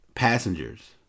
Passengers